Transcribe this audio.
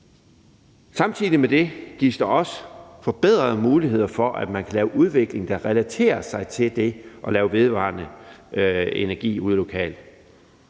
Samtidig med det gives der også forbedrede muligheder for, at man kan lave udvikling, der relaterer sig til det at lave vedvarende energi ude lokalt.